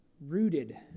rooted